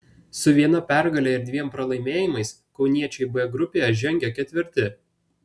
su viena pergale ir dviem pralaimėjimais kauniečiai b grupėje žengia ketvirti